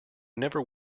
never